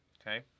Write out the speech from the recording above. okay